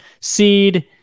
seed